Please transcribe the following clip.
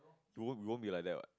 you won't you won't be like that what